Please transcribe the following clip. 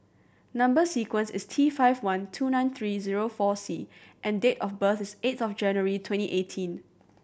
number sequence is T five one two nine three zero four C and date of birth is eighth of January twenty eighteen